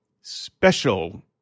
Special